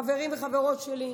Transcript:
חברים וחברות שלי,